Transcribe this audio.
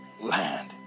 land